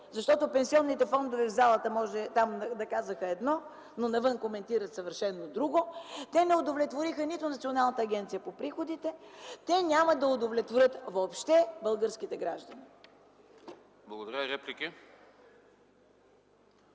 защото пенсионните фондове в залата могат да казват едно, но навън коментират съвършено друго. Те не удовлетвориха нито Националната агенция за приходите, те няма да удовлетворят въобще българските граждани. ПРЕДСЕДАТЕЛ